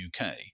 UK